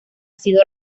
sido